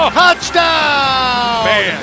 touchdown